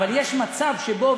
אבל יש מצב שבו,